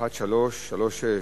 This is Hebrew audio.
1336,